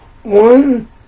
one